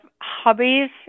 hobbies